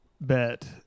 Bet